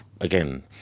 again